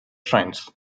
shrines